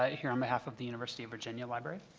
ah here on behalf of the university of virginia library.